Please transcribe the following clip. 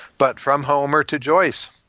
but from homer to joyce.